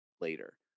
later